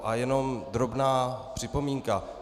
A jenom drobná připomínka.